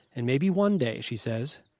and maybe one day, she says,